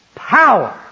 Power